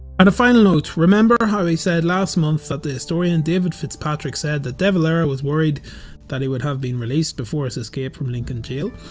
and a final note, remember how i said last month that the historian david fitzpatrick said that de valera was worried that he would have been released before his escape from lincoln jail?